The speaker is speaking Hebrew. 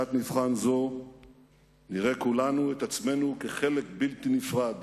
בשעת מבחן זו נראה כולנו את עצמנו כחלק בלתי נפרד,